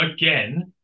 again